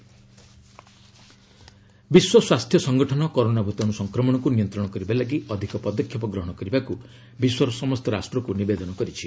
WHO corona ବିଶ୍ୱ ସ୍ୱାସ୍ଥ୍ୟ ସଙ୍ଗଠନ କରୋନା ଭୂତାଣୁ ସଂକ୍ରମଣକୁ ନିୟନ୍ତ୍ରଣ କରିବା ଲାଗି ଅଧିକ ପଦକ୍ଷେପ ଗ୍ରହଣ କରିବାକୁ ବିଶ୍ୱର ସମସ୍ତ ରାଷ୍ଟ୍ରକୁ ନିବେଦନ କରିଛି